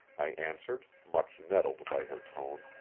i answered, much nettled by her tone,